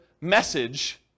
message